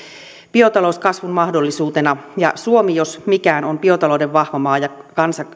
biotalous kasvun mahdollisuutena suomi jos mikään on biotalouden vahva maa ja